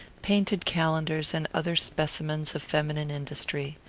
painted calendars and other specimens of feminine industry.